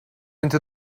into